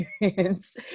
experience